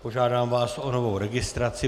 Požádám vás o novou registraci.